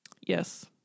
Yes